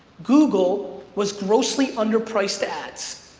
google was grossly underpriced ads.